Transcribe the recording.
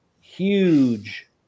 Huge